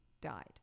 died